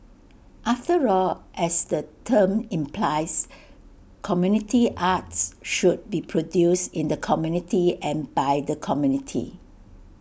after all as the term implies community arts should be produced in the community and by the community